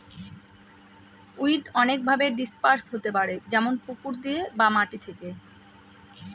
weed অনেকভাবে disperse হতে পারে যেমন পুকুর দিয়ে বা মাটি থেকে